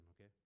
okay